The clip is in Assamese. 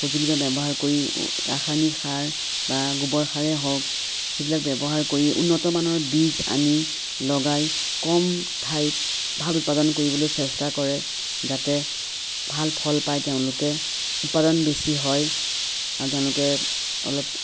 সঁজুলি বা ব্যৱহাৰ কৰি ৰাসায়নিক সাৰ বা গোৱৰ সাৰেই হওক সেইবিলাক ব্যৱহাৰ কৰি উন্নতমানৰ বীজ আনি লগাই কম ঠাইত ভাল উৎপাদন কৰিবলৈ চেষ্টা কৰে যাতে ভাল ফল পায় তেওঁলোকে উৎপাদন বেছি হয় আৰু তেওঁলোকে অলপ